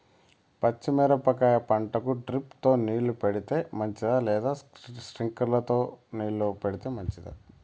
పచ్చి మిరపకాయ పంటకు డ్రిప్ తో నీళ్లు పెడితే మంచిదా లేదా స్ప్రింక్లర్లు తో నీళ్లు పెడితే మంచిదా?